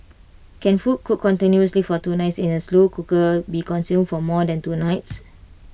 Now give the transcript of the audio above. can food cooked continuously for two nights in A slow cooker be consumed for more than two nights